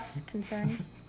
Concerns